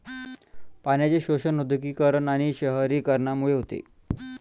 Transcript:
पाण्याचे शोषण औद्योगिकीकरण आणि शहरीकरणामुळे होते